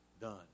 done